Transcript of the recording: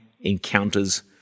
encounters